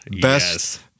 best